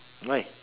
why